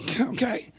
Okay